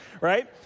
right